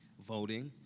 voting,